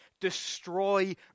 destroy